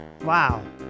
Wow